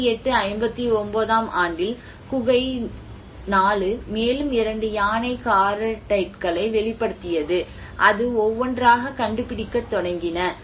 58 59 ஆம் ஆண்டில் குகை 4 மேலும் இரண்டு யானை காரைடைட்களை வெளிப்படுத்தியது அது ஒவ்வொன்றாக கண்டுபிடிக்கத் தொடங்கின